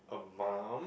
a mum